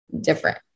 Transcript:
different